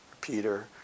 Peter